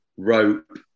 rope